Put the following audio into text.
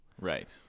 right